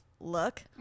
look